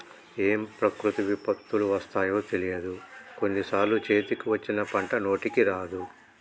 ఏం ప్రకృతి విపత్తులు వస్తాయో తెలియదు, కొన్ని సార్లు చేతికి వచ్చిన పంట నోటికి రాదు